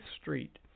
Street